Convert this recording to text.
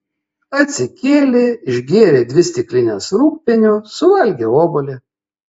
atsikėlė išgėrė dvi stiklines rūgpienio suvalgė obuolį